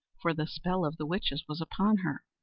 for the spell of the witches was upon her.